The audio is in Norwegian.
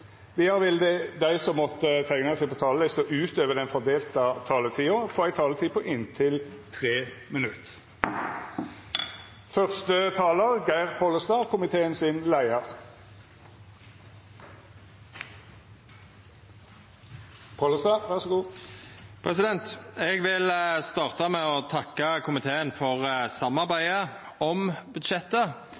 Vidare vert det føreslått at dei som teiknar seg på talarlista utover den fordelte taletida, får ei taletid på inntil 3 minutt. Eg vil starta med å takka komiteen for samarbeidet om budsjettet. Ein kan vel slå fast at det er enklare å